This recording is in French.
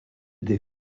des